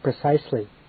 precisely